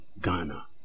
Ghana